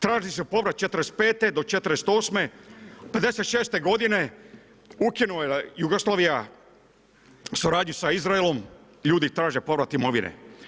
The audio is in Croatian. Traži se povrat '45. do '48., '56. godine ukinula je Jugoslavija suradnju sa Izraelom, ljudi traže povrat imovine.